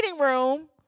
room